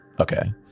Okay